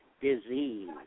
disease